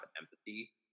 empathy